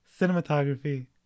cinematography